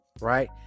right